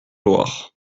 loire